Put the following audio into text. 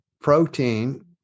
protein